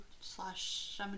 slash